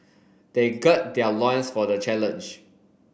they gird their loins for the challenge